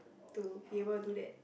to be able to do that